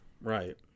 right